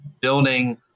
building